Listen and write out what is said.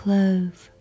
Clove